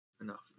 enough